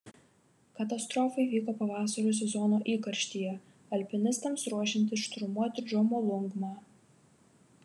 katastrofa įvyko pavasario sezono įkarštyje alpinistams ruošiantis šturmuoti džomolungmą